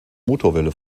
motorwelle